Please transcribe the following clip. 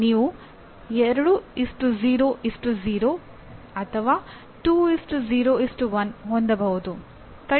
ನನ್ನ ಸ್ನೇಹಿತರಾದ ಪ್ರೊಫೆಸರ್ ರಜನಿಕಾಂತ್ ಅವರ ಸಲಹೆಗಳು ನನಗೆ ತುಂಬಾ ಅಮೂಲ್ಯವಾದವು ಎಂದು ನಾನು ಇಲ್ಲಿ ಅಂಗೀಕರಿಸಲು ಬಯಸುತ್ತೇನೆ